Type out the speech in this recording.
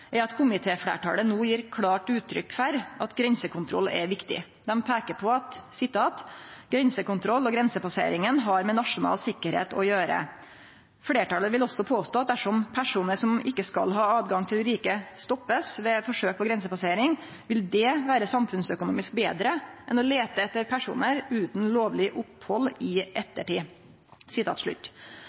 at komitéfleirtalet no gjev klart uttrykk for at grensekontroll er viktig. Dei peikar på at «grensekontroll og grensepasseringen har med nasjonal sikkerhet å gjøre». Og vidare: «Flertallet vil også påstå at dersom personer som ikke skal ha adgang til riket, stoppes ved forsøk på grensepassering, vil det være samfunnsøkonomisk bedre enn å lete etter personer uten lovlig opphold i ettertid.»